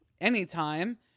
anytime